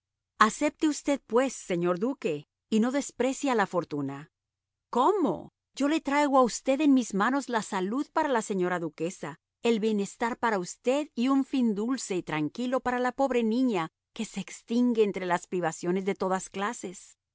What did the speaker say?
acepte usted pues señor duque y no desprecie a la fortuna cómo yo le traigo a usted en mis manos la salud para la señora duquesa el bienestar para usted y un fin dulce y tranquilo para la pobre niña que se extingue entre privaciones de todas clases